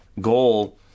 goal